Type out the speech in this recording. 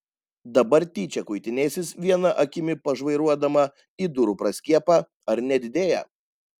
dabar tyčia kuitinėsis viena akimi pažvairuodama į durų praskiepą ar nedidėja